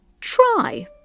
Try